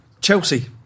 Chelsea